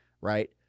Right